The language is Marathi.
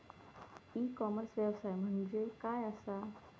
ई कॉमर्स व्यवसाय म्हणजे काय असा?